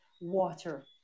water